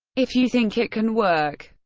if you think it can work.